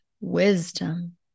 wisdom